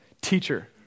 teacher